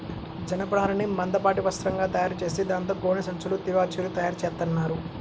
జనపనారని మందపాటి వస్త్రంగా తయారుచేసి దాంతో గోనె సంచులు, తివాచీలు తయారుచేత్తన్నారు